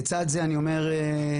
לצד זה אני אומר שאנחנו,